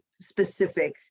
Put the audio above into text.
specific